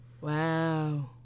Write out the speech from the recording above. Wow